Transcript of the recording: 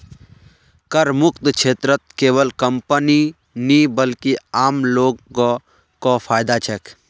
करमुक्त क्षेत्रत केवल कंपनीय नी बल्कि आम लो ग को फायदा छेक